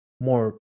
more